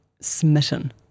smitten